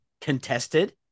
contested